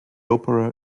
opera